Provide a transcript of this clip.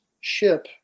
ship